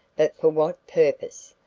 but for what purpose?